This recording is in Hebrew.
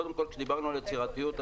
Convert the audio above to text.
כשדיברנו על יצירתיות,